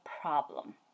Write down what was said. problem